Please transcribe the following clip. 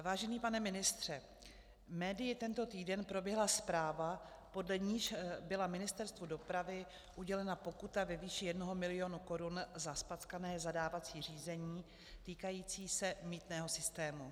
Vážený pane ministře, médii tento týden proběhla zpráva, podle níž byla Ministerstvu dopravy udělena pokuta ve výši 1 mil. korun za zpackané zadávací řízení týkající se mýtného systému.